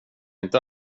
inte